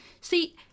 See